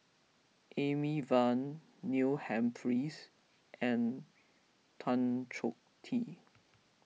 Amy Van Neil Humphreys and Tan Choh Tee